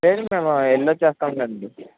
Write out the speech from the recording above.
లేదు మేము వెల్లొచ్చేస్తాంలెండి